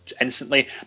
instantly